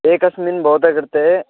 एकस्मिन् भवतः कृते